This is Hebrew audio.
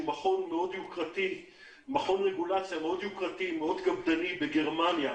שהוא מכון רגולציה יוקרתי מאוד וקפדני מאוד בגרמניה,